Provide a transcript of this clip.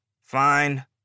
fine